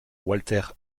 walter